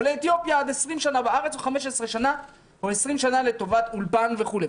ועולה מאתיופיה עד 20 שנה בארץ או 15 שנה או 20 שנה לטובת אולפן וכולי.